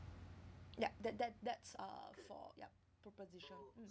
ya that that that's uh for yup proposition